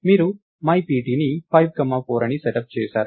మీరు myPtని 5 4 అని సెటప్ చేసారు